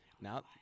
now